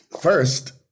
first